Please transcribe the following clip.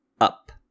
up